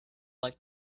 like